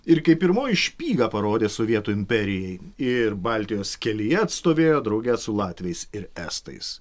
ir kaip pirmoji špygą parodė sovietų imperijai ir baltijos kelyje stovėjo drauge su latviais ir estais